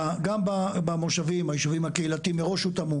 גם בישובים הקהילתיים שמראש הותאמו